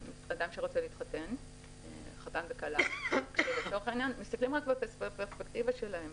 שרוצה להתחתן כשלצורך העניין מסתכלים רק בפרספקטיבה שלהם,